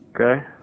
Okay